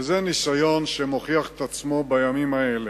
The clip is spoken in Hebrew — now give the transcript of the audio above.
וזה ניסיון שמוכיח את עצמו בימים האלה.